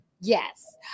Yes